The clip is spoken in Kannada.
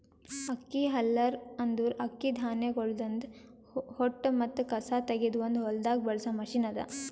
ಅಕ್ಕಿ ಹಲ್ಲರ್ ಅಂದುರ್ ಅಕ್ಕಿ ಧಾನ್ಯಗೊಳ್ದಾಂದ್ ಹೊಟ್ಟ ಮತ್ತ ಕಸಾ ತೆಗೆದ್ ಒಂದು ಹೊಲ್ದಾಗ್ ಬಳಸ ಮಷೀನ್ ಅದಾ